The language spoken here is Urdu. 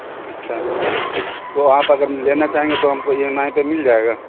اچھا تو آپ اگر لینا چاہیں گے تو ہم کو ای ایم آئی پہ مل جائے گا